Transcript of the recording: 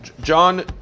John